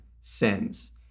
sins